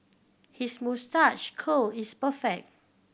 his moustache curl is perfect